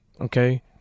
okay